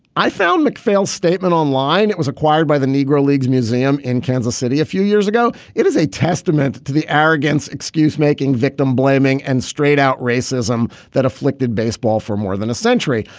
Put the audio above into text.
i found mcphail statement online it was acquired by the negro leagues leagues museum in kansas city a few years ago. it is a testament to the arrogance excuse making victim blaming and straight out racism that afflicted baseball for more than a century.